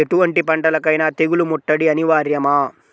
ఎటువంటి పంటలకైన తెగులు ముట్టడి అనివార్యమా?